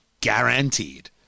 Guaranteed